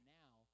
now